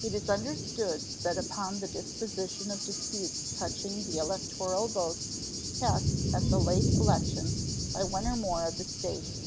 it is understood that upon the disposition of disputes touching the electoral votes cast at the late election by one or more of the states